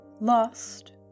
lost